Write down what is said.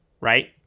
right